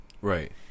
right